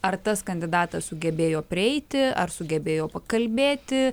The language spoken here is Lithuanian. ar tas kandidatas sugebėjo prieiti ar sugebėjo pakalbėti